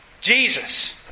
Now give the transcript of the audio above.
Jesus